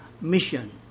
mission